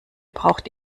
braucht